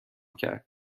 کرد